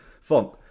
Font